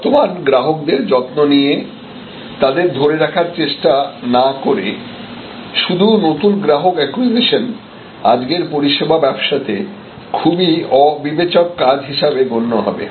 বর্তমান গ্রাহকদের যত্ন নিয়ে তাদের ধরে রাখার চেষ্টা না করে শুধু নতুন গ্রাহক অ্যাকুইজিশন আজকের পরিষেবা ব্যবসাতে খুবই অবিবেচক কাজ হিসাবে গণ্য হবে